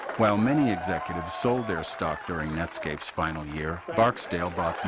while many executives sold their stock during netscape's final year barksdale bought